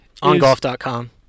Ongolf.com